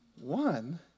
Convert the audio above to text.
one